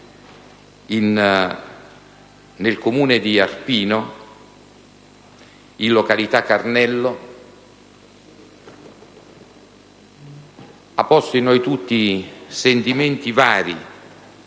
nel comune di Arpino, in località Carnello, ha fatto nascere in noi tutti sentimenti vari